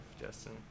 Justin